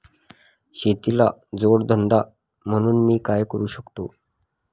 शेतीला जोड धंदा म्हणून मी काय करु शकतो?